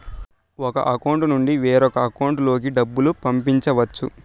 ఒక అకౌంట్ నుండి వేరొక అకౌంట్ లోకి డబ్బులు పంపించవచ్చు